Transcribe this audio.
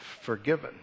forgiven